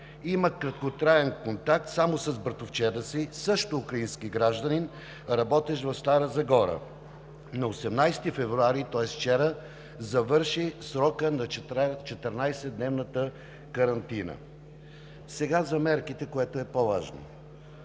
Има краткотраен контакт само с братовчед си, също украински гражданин, работещ в Стара Загора. На 18 февруари, тоест вчера, завърши срокът на 14-дневната карантина. Сега за мерките, което е по-важно.